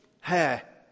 hair